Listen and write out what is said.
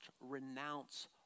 renounce